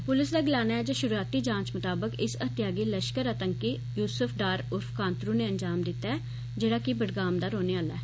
पुलस दा गलाना ऐ जे शुरूआती जांच मताबक इस हत्या गी लश्कर आतंकी यूसुफ डार उर्फ कांत्रू ने अंजाम दित्ता ऐ जेह्ड़ा के बडगाम दा रौह्ने आला ऐ